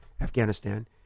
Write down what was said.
afghanistan